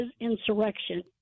insurrection